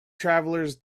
travelers